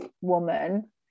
woman